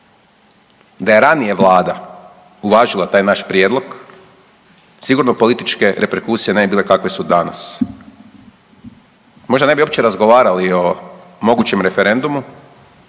Da je ranije vlada uvažila taj naš prijedlog sigurno političke reperkusije ne bi bile kakve su danas. Možda ne bi uopće razgovarali o mogućem referendumu